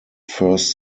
first